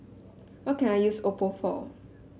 what can I use Oppo for